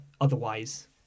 Otherwise